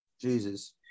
Jesus